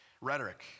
rhetoric